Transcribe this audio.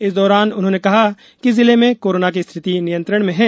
इस दौरान उन्होंने कहा कि जिले में कोरोना की स्थिति नियंत्रण में है